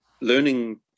learning